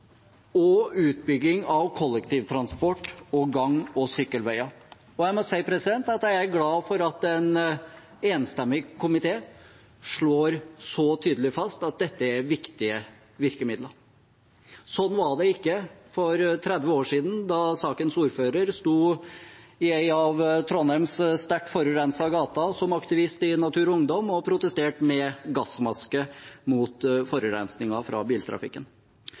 og utbygging av kollektivtransport og gang- og sykkelveier. Jeg må si jeg er glad for at en enstemmig komité slår så tydelig fast at dette er viktige virkemidler. Sånn var det ikke for 30 år siden, da sakens ordfører som aktivist i Natur og Ungdom stod med gassmaske i en av Trondheims sterkt forurensede gater og protesterte mot forurensningen fra biltrafikken. I